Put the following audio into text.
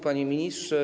Panie Ministrze!